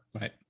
Right